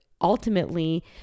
ultimately